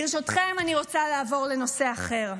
ברשותכם, אני רוצה לעבור לנושא אחר.